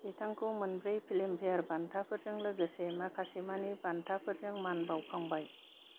बिथांखौ मोनब्रै फिल्मफेयार बान्थाफोरजों लोगोसे माखासेमानि बान्थाफोरजों मान बाउखांबाय